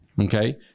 Okay